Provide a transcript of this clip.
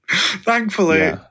Thankfully